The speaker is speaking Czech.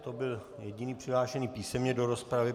To byl jediný přihlášený písemně do rozpravy.